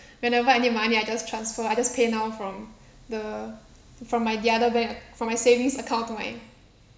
whenever I need money I just transfer I just pay now from the from my the other bank acc~ from my savings account to my